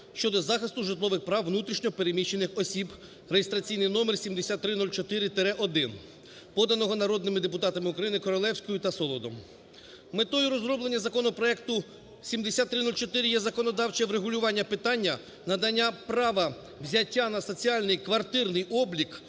щодо захисту житлових прав внутрішньо переміщених осіб (реєстраційний номер 7304-1), поданого народними депутатами України Королевською та Солодом. Метою розроблення законопроекту 7304 є законодавче врегулювання питання надання права взяття на соціальний квартирний облік